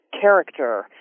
character